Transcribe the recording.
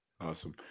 awesome